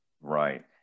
Right